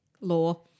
law